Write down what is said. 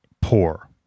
poor